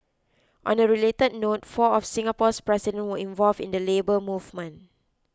on a related note four of Singapore's president were involved in the Labour Movement